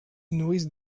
nourrissent